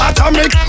Atomic